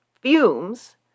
fumes